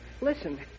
Listen